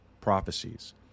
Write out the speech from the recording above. prophecies